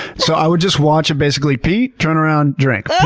so, i would just watch it basically pee, turnaround, drink,